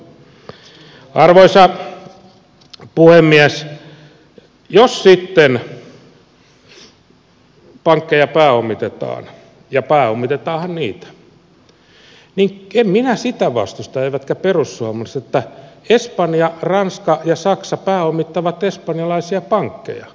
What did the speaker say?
jos sitten pankkeja pääomitetaan ja pääomitetaanhan niitä niin en minä sitä vastusta eivätkä perussuomalaiset että espanja ranska ja saksa pääomittavat espanjalaisia pankkeja